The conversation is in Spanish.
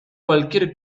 cualquier